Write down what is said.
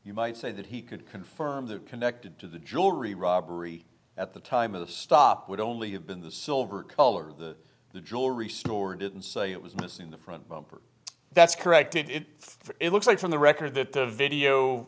you might say that he could confirm that connected to the jewelry robbery at the time of the stop would only have been the silver color the the jewelry store didn't say it was missing the front that's corrected it it looks like from the record that the video